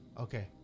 Okay